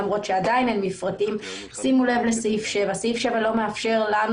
למרות שעדיין אין מפרטים שימו לב לסעיף 7. סעיף 7 לא מאפשר לנו